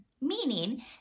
meaning